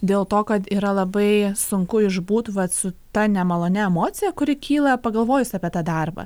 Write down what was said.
dėl to kad yra labai sunku išbūt vat su ta nemalonia emocija kuri kyla pagalvojus apie tą darbą